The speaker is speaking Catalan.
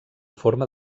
forma